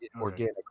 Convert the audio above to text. Organic